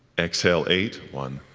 exhale, eight one,